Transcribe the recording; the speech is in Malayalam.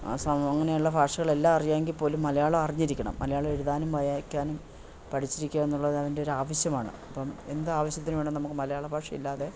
ആസ്സാമും അങ്ങനെയുള്ള ഭാഷകളെല്ലാം അറിയാമെങ്കിൽപ്പോലും മലയാളം അറിഞ്ഞിരിക്കണം മലയാളം എഴുതാനും വായിക്കാനും പഠിച്ചിരിക്കുക എന്നുള്ളത് അവൻ്റെ ഒരു ആവശ്യമാണ് അപ്പം എന്ത് ആവശ്യത്തിന് വേണമെങ്കിലും നമുക്ക് മലയാള ഭാഷ ഇല്ലാതെ